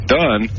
done